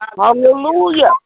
Hallelujah